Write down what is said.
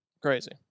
Crazy